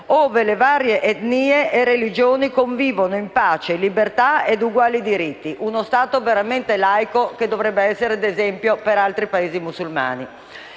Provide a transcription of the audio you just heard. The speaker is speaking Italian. ove le varie etnie e religioni convivono in pace, libertà e uguali diritti: uno Stato veramente laico, che dovrebbe essere d'esempio per altri Paesi musulmani.